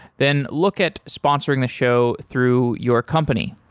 then look at sponsoring the show through your company.